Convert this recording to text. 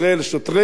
שוטרינו,